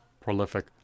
prolific